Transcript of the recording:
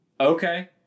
Okay